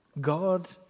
God